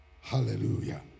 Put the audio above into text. Hallelujah